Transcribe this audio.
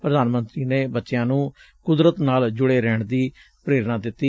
ਪ੍ਰਧਾਨ ਮੰਤਰੀ ਨੇ ਬੱਚਿਆਂ ਨੂੰ ਕੁਦਰਤ ਨਾਲ ਜੁੜੇ ਰਹਿਣ ਦੀ ਪੇਰਨਾ ਦਿੱਤੀ